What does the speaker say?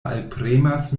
alpremas